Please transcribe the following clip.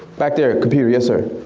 back there, computer, yes sir?